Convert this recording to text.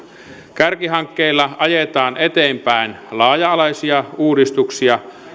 kärkihankkeilla ajetaan eteenpäin laaja alaisia uudistuksia